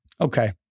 Okay